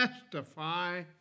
testify